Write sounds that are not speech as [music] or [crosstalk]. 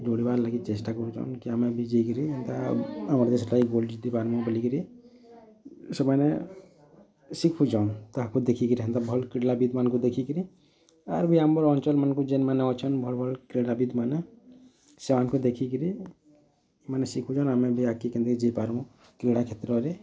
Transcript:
ଦୌଡ଼ିବାର୍ ଲାଗି ଚେଷ୍ଟା କରୁଛନ୍ କି ଆମେ ବି ଯାଇକିରି ଏନ୍ତା ଆମ [unintelligible] ବୋଲିକିରି ସେମାନେ ଶିଖୁଛନ୍ ତାହାକୁ ଦେଖିକିରି ହେନ୍ତା ଭଲ କ୍ରୀଡ଼ାବିତ୍ ମାନକୁ ଦେଖିକିରି ଆର୍ ବି ଆମର ଅଞ୍ଚଲ୍ ମାନକୁ ଯେନ୍ ମାନେ ଅଛନ୍ ଭଲ ଭଲ କ୍ରୀଡ଼ାବିତ୍ ମାନେ ସେମାନଙ୍କୁ ଦେଖିକିରି ଏମାନେ ଶିଖୁଛନ୍ ଆମେ ବି ଆଗ୍କେ କେମିତି ଯାଇ ପାର୍ମୁଁ କ୍ରୀଡ଼ା କ୍ଷେତ୍ରରେ